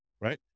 right